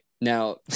now